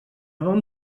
bon